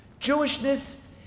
Jewishness